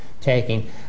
taking